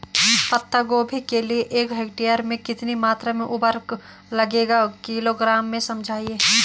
पत्ता गोभी के लिए एक हेक्टेयर में कितनी मात्रा में उर्वरक लगेगा किलोग्राम में समझाइए?